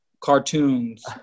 cartoons